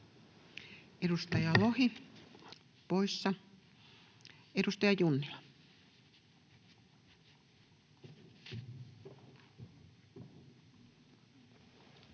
Edustaja Lohi, poissa. — Edustaja Junnila.